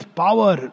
power